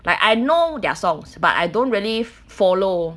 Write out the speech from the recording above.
like I know their songs but I don't really follow